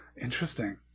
Interesting